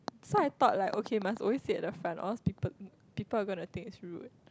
so I thought like okay must always sit at the front or else people people think it is rude